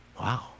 Wow